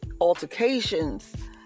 altercations